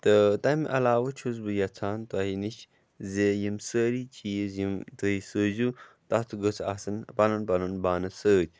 تہٕ تَمہِ علاوٕ چھُس بہٕ یَژھان تۄہہِ نِش زِ یِم سٲری چیٖز یِم تُہۍ سوٗزِو تَتھ گٔژھ آسٕن پَنُن پَنُن بانہٕ سۭتۍ